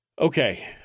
Okay